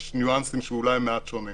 יש ניואנסים שהם אולי מעט שונים.